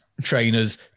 trainers